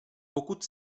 pokud